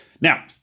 Now